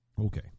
Okay